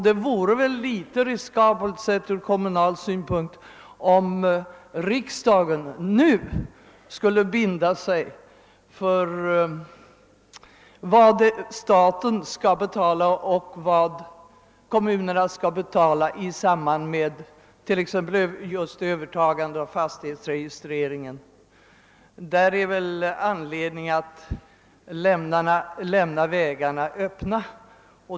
Det vore väl litet riskabelt, sett ur kommunal synvinkel, om riksdagen nu skulle binda sig för vad staten skall betala och vad kommunerna skall betala i samband med just övertagandet av fastighetsregistreringen. Där finns väl anledning att lämna vägarna öppna.